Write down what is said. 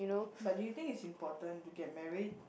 but do you think is important to get married